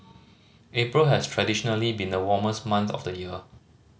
April has traditionally been the warmest month of the year